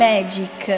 Magic